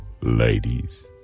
ladies